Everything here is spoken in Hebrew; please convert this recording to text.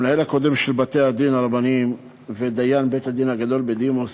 המנהל הקודם של בתי-הדין הרבניים ודיין בית-הדין הגדול בדימוס,